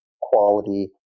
quality